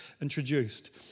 introduced